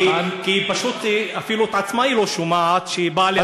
כי פשוט אפילו את עצמה היא לא שומעת כשהיא באה להגיד,